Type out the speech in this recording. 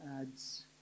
adds